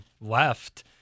left